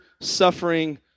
suffering